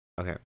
Okay